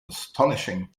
astonishing